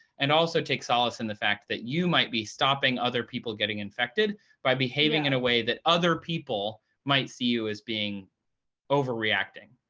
and also take solace in the fact that you might be stopping other people getting infected by behaving in a way that other people might see you as being overreacting.